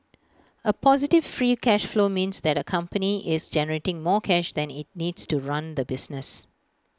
A positive free cash flow means that A company is generating more cash than IT needs to run the business